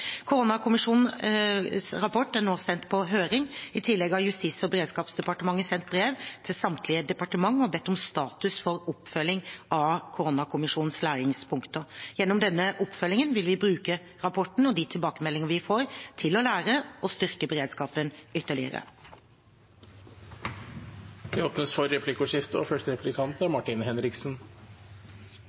rapport er nå sendt på høring. I tillegg har Justis- og beredskapsdepartementet sendt brev til samtlige departementer og bedt om status for oppfølging av koronakommisjonens læringspunkter. Gjennom denne oppfølgingen vil vi bruke rapporten og de tilbakemeldingene vi får, til å lære og styrke beredskapen ytterligere. Det blir replikkordskifte.